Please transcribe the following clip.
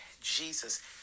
Jesus